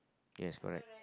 yes correct